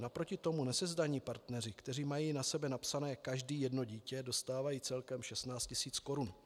Naproti tomu nesezdaní partneři, kteří mají na sebe napsané každý jedno dítě, dostávají celkem 16 tisíc korun.